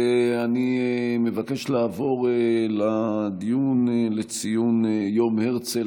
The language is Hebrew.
אני מבקש לעבור לדיון לציון יום הרצל,